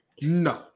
no